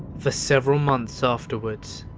for several months afterwards,